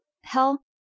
hell